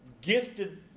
gifted